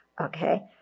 Okay